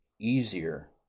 easier